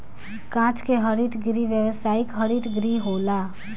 कांच के हरित गृह व्यावसायिक हरित गृह होला